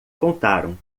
contaram